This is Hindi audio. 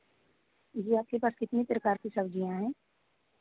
जी आपके पास कितने प्रकार कि सब्ज़ियाँ हैं